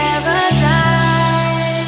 paradise